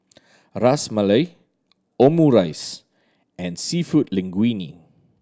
Ras Malai Omurice and Seafood Linguine